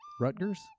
Rutgers